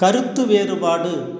கருத்து வேறுபாடு